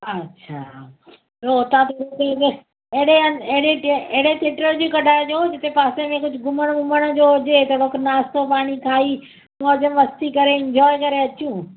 अच्छा पोइ हुतां अहिड़े हंधि अहिड़े सिट जी कढाइजो जिते पासे में कुझु घुमण वुमण जो हुजे त कुझु नास्तो पाणी खाई मौज मस्ती करे एंजॉए करे अचूं